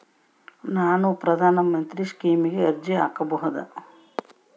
ನಾನು ಪ್ರಧಾನ ಮಂತ್ರಿ ಸ್ಕೇಮಿಗೆ ಅರ್ಜಿ ಹಾಕಬಹುದಾ?